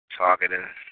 targeting